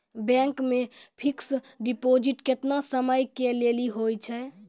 Bank मे fixed deposit केतना समय के लेली होय छै?